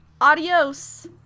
Adios